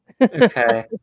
Okay